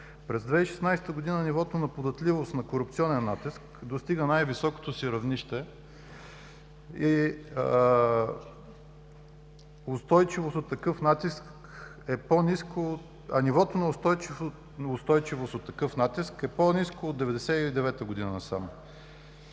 През 2016 г. нивото на податливост на корупционен натиск достига най-високото си равнище, а нивото на устойчивост от такъв натиск е по-ниско от 1999 г. насам.